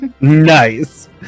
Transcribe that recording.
Nice